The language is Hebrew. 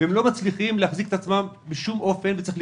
כמו בתל אביב.